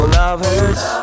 lovers